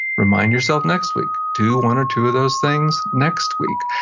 remind yourself next week, do one or two of those things next week.